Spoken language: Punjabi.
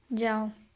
ਜਾਓ